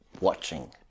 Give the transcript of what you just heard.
watching